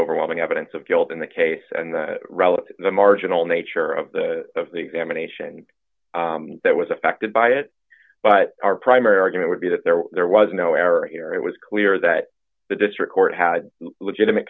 overwhelming evidence of guilt in the case and the relative the marginal nature of the of the examination that was affected by it but our primary argument would be that there was no error here it was clear that the district court had legitimate